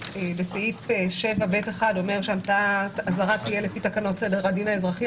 בסעיף 7ב1 אומר שהאזהרה תהיה לפי תקנות סדר הדין האזרחי.